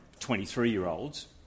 23-year-olds